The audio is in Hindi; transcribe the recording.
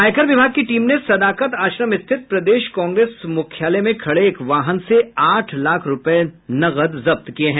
आयकर विभाग की टीम ने सदाकत आश्रम स्थित प्रदेश कांग्रेस मुख्यालय में खड़े एक वाहन से आठ लाख रूपये नकद जब्त किये हैं